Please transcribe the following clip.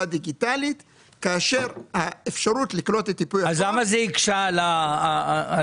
דיגיטלית כאשר האפשרות לקלוט את ייפוי הכוח --- למה זה הקשה על הלקוחות?